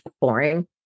boring